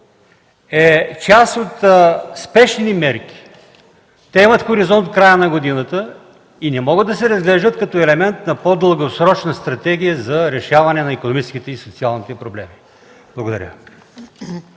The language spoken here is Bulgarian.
е част от спешни мерки. Те имат хоризонт в края на годината и не могат да се разглеждат като елемент на по-дългосрочна стратегия за разрешаване на икономическите и социалните проблеми. Благодаря.